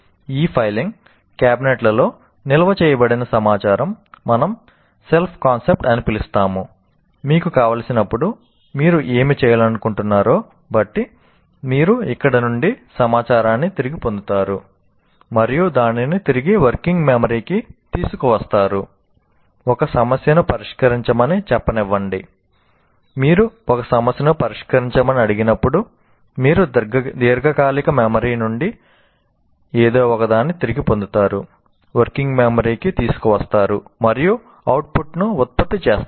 ఈ ఫైలింగ్ క్యాబినెట్లలో నిల్వ చేయబడిన సమాచారం మనం సెల్ఫ్ కాన్సెప్ట్ కి తీసుకువస్తారు మరియు అవుట్పుట్ను ఉత్పత్తి చేస్తారు